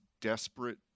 desperate